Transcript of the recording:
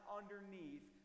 underneath